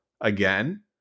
again